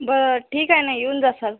बरं ठीक आहे ना येऊन जासाल